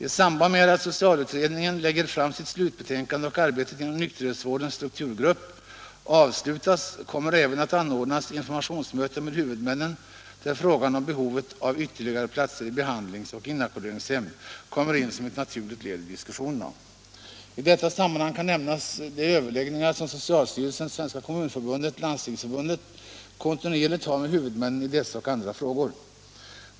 I samband med att socialutredningen lägger fram sitt slutbetänkande och arbetet inom Nykterhetsvårdens Strukturgrupp avslutas kommer även att anordnas informationsmöten med huvudmännen där frågan om behovet av ytterligare platser i behandlingsoch inackorderingshem kommer in som ett naturligt led i diskussionerna. I detta sammanhang kan nämnas de överläggningar som socialstyrelsen, Svenska kommunförbundet och Landstingsförbun det kontinuerligt har med huvudmännen i dessa och andra frågor.